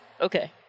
Okay